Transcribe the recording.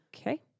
Okay